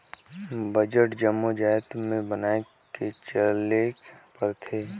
budget जम्मो जाएत में बनाए के चलेक परथे